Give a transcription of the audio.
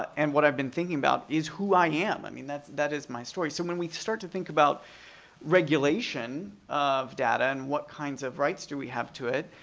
and what i've been thinking about is who i am, i mean that is my story. so when we start to think about regulation of data and what kinds of rights do we have to it,